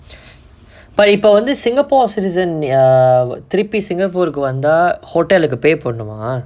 but இப்ப வந்து:ippa vanthu singapore citizen திருப்பி:thiruppi singapore வந்தா:vanthaa hotel pay பண்ணுமா:pannumaa